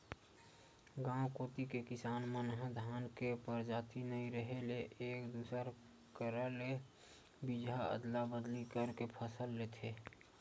गांव कोती के किसान मन ह धान के परजाति नइ रेहे ले एक दूसर करा ले बीजहा अदला बदली करके के फसल लेथे